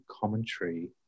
commentary